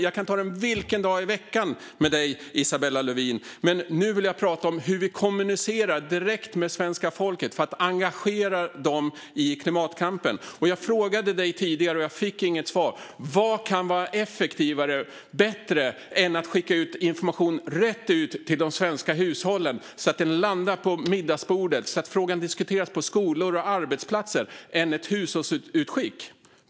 Jag kan ta den vilken dag i veckan som helst med Isabella Lövin, men nu vill jag prata om hur vi kommunicerar direkt med svenska folket för att engagera alla i klimatkampen. Jag frågade tidigare men fick inget svar: Vad kan vara bättre och effektivare än att skicka ut information rätt ut till de svenska hushållen så att den landar på middagsbordet och så att frågan kan diskuteras på skolor och arbetsplatser?